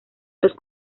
los